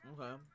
Okay